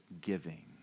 giving